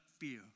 fear